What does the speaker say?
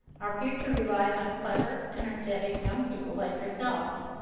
our future relies on clever, energetic young people, like yourselves,